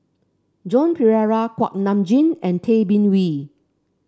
Joan Pereira Kuak Nam Jin and Tay Bin Wee